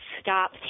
stop